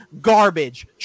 garbage